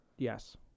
Yes